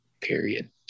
period